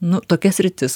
nu tokia sritis